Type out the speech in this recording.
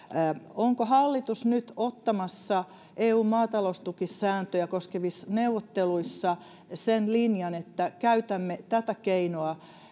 onko hallitus nyt ottamassa eun maataloustukisääntöjä koskevissa neuvotteluissa sen linjan että käytämme tätä keinoa